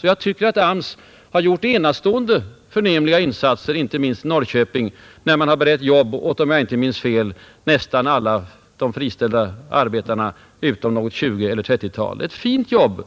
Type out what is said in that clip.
Jag tycker att AMS har gjort enastående och förnämliga insatser, inte minst i Norrköping, där man har berett arbete åt, om jag inte minns fel, nästan alla de friställda arbetarna utom något 20 eller 30-tal. Det är ett fint jobb.